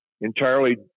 entirely